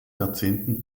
jahrzehnten